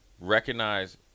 Recognize